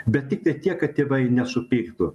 bet tiktai tiek kad tėvai nesupyktų